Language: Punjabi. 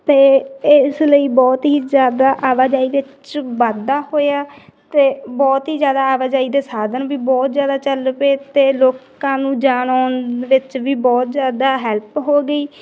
ਅਤੇ ਇਸ ਲਈ ਬਹੁਤ ਹੀ ਜ਼ਿਆਦਾ ਆਵਾਜਾਈ ਵਿੱਚ ਵਾਧਾ ਹੋਇਆ ਅਤੇ ਬਹੁਤ ਹੀ ਜ਼ਿਆਦਾ ਆਵਾਜਾਈ ਦੇ ਸਾਧਨ ਵੀ ਬਹੁਤ ਜ਼ਿਆਦਾ ਚੱਲ ਪਏ ਅਤੇ ਲੋਕਾਂ ਨੂੰ ਜਾਣ ਆਉਣ ਵਿੱਚ ਵੀ ਬਹੁਤ ਜ਼ਿਆਦਾ ਹੈਲਪ ਹੋ ਗਈ